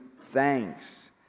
thanks